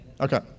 Okay